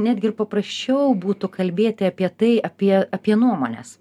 netgi ir paprasčiau būtų kalbėti apie tai apie apie nuomones